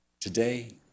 Today